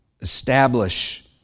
establish